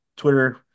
twitter